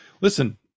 listen